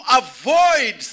avoid